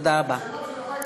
תודה רבה.